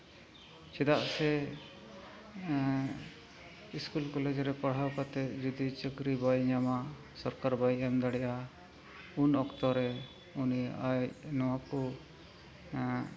ᱪᱮᱫᱟᱜ ᱥᱮ school college ᱨᱮ ᱯᱟᱲᱦᱟᱣ ᱠᱟᱛᱮᱫ ᱡᱩᱫᱤ ᱪᱟᱹᱠᱨᱤ ᱵᱟᱭ ᱧᱟᱢᱟ ᱥᱚᱨᱠᱟᱨ ᱵᱟᱭ ᱮᱢ ᱫᱟᱲᱮᱜᱼᱟ ᱩᱱ ᱚᱠᱛᱚ ᱨᱮ ᱩᱱᱤ ᱟᱡ ᱱᱚᱣᱟ ᱠᱚ